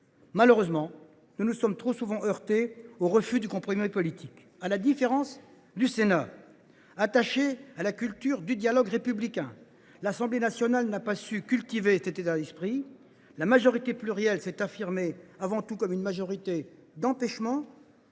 Malheureusement, nous nous sommes trop souvent heurtés au refus du compromis politique. À la différence du Sénat, attaché à la culture du dialogue républicain, l’Assemblée nationale n’a pas su cultiver cet état d’esprit. En refusant toute main tendue, la minorité plurielle s’est affirmée avant tout comme une majorité d’empêchement,